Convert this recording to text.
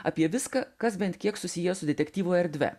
apie viską kas bent kiek susiję su detektyvų erdve